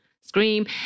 Scream